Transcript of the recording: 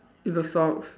it's the socks